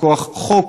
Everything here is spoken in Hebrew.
מכוח חוק,